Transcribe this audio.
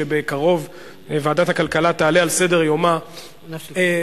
שבקרוב ועדת הכלכלה תעלה על סדר-יומה במהירות,